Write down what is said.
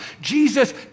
Jesus